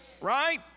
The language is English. right